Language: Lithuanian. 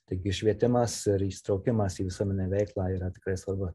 taigi švietimas ir įsitraukimas į visuomenę veiklą yra tikrai svarbu